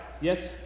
Yes